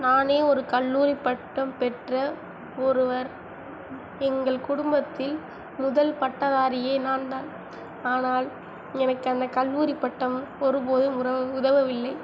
நான் ஒரு கல்லூரி பட்டம் பெற்ற ஒருவர் எங்கள் குடும்பத்தில் முதல் பட்டதாரி நான் தான் ஆனால் எனக்கு அந்த கல்லூரி பட்டம் ஒருபோதும் உறவ உதவவில்லை